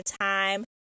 time